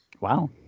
Wow